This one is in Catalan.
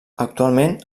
actualment